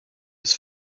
his